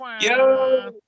Yo